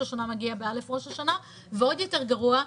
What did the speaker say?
השנה מגיע ב-א' ראש השנה ועוד יותר גרוע,